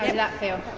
that feel?